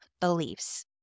beliefs